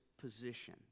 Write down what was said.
position